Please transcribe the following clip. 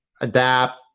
adapt